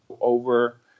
over